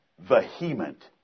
vehement